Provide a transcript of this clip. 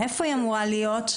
איפה היא אמורה להיות?